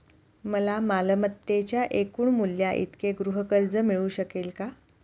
मला मालमत्तेच्या एकूण मूल्याइतके गृहकर्ज मिळू शकेल का?